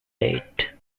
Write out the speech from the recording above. date